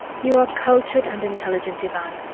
you are cultured and intelligent, ivan,